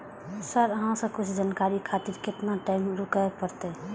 Sir अहाँ से कुछ जानकारी खातिर केतना टाईम रुके परतें?